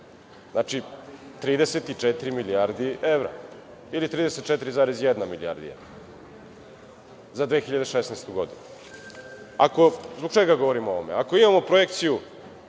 znači, 34 milijarde evra ili 34,1 milijarda za 2016. godinu. Zbog čega govorim o ovome? Ako imamo projekciju